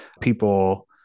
people